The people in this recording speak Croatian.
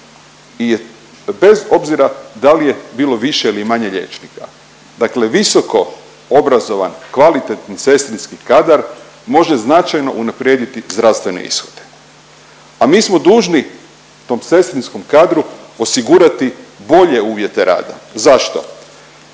I bez obzira da li je bilo više ili manje liječnika, dakle visoko obrazovanje, kvalitetni sestrinski kadar može značajno unaprijediti zdravstvene ishode. A mi smo dužni tom sestrinskom kadru osigurati bolje uvjete rada. Zašto?